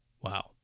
Wow